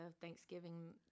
Thanksgiving